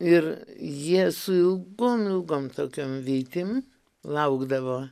ir jie su ilgom ilgom tokiom vytim laukdavo